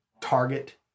target